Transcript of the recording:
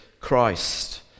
Christ